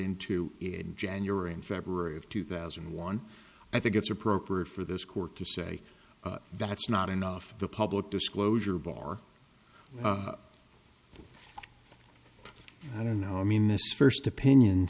into in january and february of two thousand and one i think it's appropriate for this court to say that's not enough the public disclosure bar i don't know i mean this first opinion